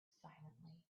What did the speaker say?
silently